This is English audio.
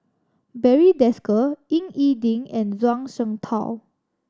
Barry Desker Ying E Ding and Zhuang Shengtao